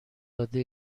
داده